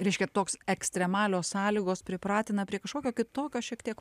reiškia toks ekstremalios sąlygos pripratina prie kažkokio kitokio šiek tiek